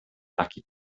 taki